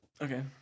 Okay